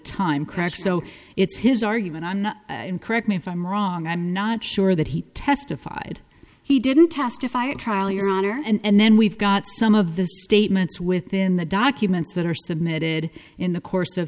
time crack so it's his argument on and correct me if i'm wrong i'm not sure that he testified he didn't testify at trial your honor and then we've got some of the statements within the documents that are submitted in the course